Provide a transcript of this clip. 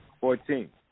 Fourteen